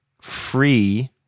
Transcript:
free